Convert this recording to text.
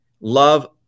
love